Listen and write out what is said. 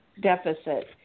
deficit